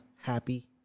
happy